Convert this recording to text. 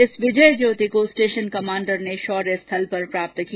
इस विजय ज्योति को station commander ने शोर्य स्थल पर प्राप्त किया